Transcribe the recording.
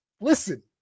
listen